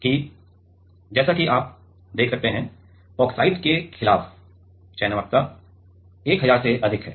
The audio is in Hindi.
और जैसा कि आप यहां देख सकते हैं कि ऑक्साइड के खिलाफ चयनात्मकता 1000 से अधिक है